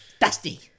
Dusty